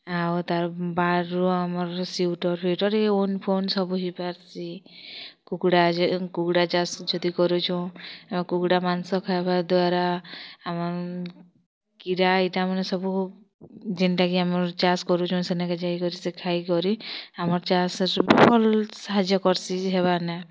ଆଉ ତାର୍ ବାର୍ରୁ ଆମର୍ ସ୍ୱେଟର୍ ଫିଉଟର୍ ଏ ଓନ୍ ଫୋନ୍ ସବୁ ହେଇପାର୍ଛି କୁକୁଡ଼ା ଯେ କୁକୁଡ଼ା ଚାଷ୍ ଯଦି କରୁଛୁ ଏ କୁକୁଡ଼ା ମାଂସ ଖାଇବା ଦ୍ୱାରା ଆମ୍ କିରା ଏଇଟା ମାନେ ସବୁ ଯେନ୍ ଟାକେ ଆମର୍ ଚାଷ୍ କରୁଛନ୍ ସେନାକେ ଯାଇ କରି ସେ ଖାଇ କରି ଆମର ଚାଷ୍ ଭଲ୍ ସାହାଯ୍ୟ କରିଛି ହେବାନେ